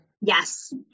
Yes